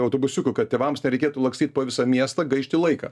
autobusiuku kad tėvams nereikėtų lakstyt po visą miestą gaišti laiką